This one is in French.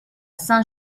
saint